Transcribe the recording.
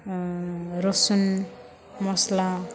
रसुन मस्ला